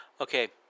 okay